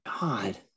God